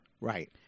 Right